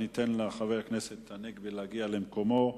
אני אתן לחבר הכנסת הנגבי להגיע למקומו.